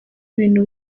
ibintu